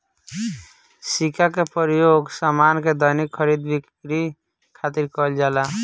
सिक्का के प्रयोग सामान के दैनिक खरीद बिक्री खातिर कईल जाला